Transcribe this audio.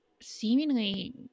seemingly